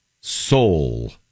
soul